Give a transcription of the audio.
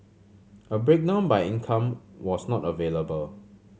a breakdown by income was not available